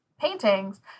paintings